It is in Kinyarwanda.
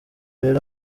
rero